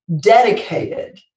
dedicated